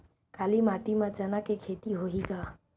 काली माटी म चना के खेती होही का?